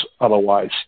Otherwise